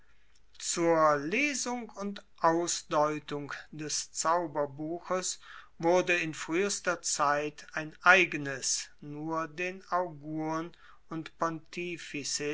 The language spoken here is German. zur lesung und ausdeutung des zauberbuches wurde in fruehester zeit ein eigenes nur den augurn und